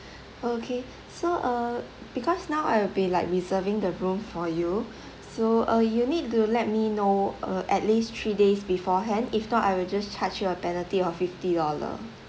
okay so uh because now I will be like reserving the room for you so uh you need to let me know uh at least three days beforehand if not I will just charge you a penalty of fifty dollar